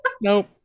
Nope